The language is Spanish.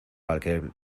aquel